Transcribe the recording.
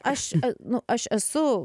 aš nu aš esu